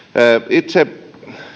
itse